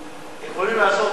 יכולים לעשות נזק,